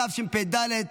התשפ"ד 2024,